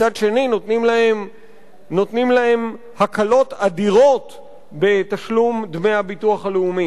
מצד שני נותנים להם הקלות אדירות בתשלום דמי הביטוח הלאומי.